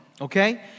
okay